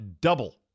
double